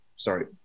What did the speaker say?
Sorry